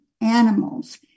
animals